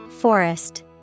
forest